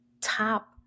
top